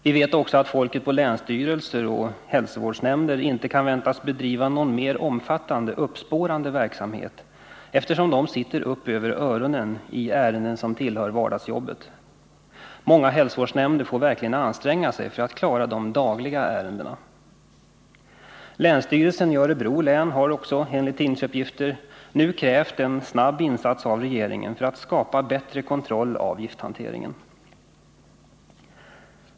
Vi vet också att tjänstemännen på länsstyrelser och hälsovårdsnämnder inte kan väntas bedriva någon mer omfattande uppspårande verksamhet, eftersom de sitter upp över öronen i ärenden som tillhör vardagsjobbet. Många hälsovårdsnämnder får verkligen anstränga sig för att klara av de dagliga ärendena. Länsstyrelsen i Örebro län har också, enligt tidningsuppgifter, nu krävt en snabb insats av regeringen för att skapa bättre kontroll av gifthanteringen.